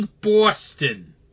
Boston